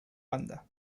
banda